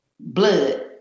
blood